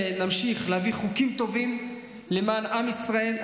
נמשיך להביא חוקים טובים למען עם ישראל.